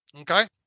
Okay